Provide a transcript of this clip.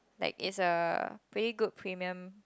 like it's a pretty good premium